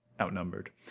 outnumbered